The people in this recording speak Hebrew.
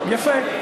יפה.